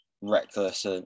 reckless